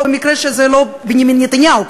במקרה שזה לא בנימין נתניהו,